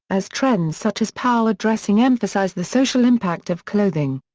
as trends such as power dressing emphasise the social impact of clothing.